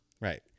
Right